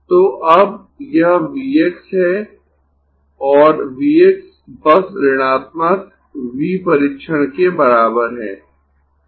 तो अब यह V x है और V x बस ऋणात्मक V परीक्षण के बराबर है